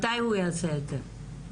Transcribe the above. מתי הוא יעשה את זה?